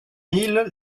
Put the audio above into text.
mille